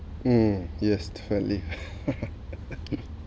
mm yes fairly